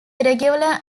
irregular